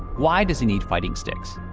why does he need fighting sticks?